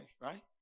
right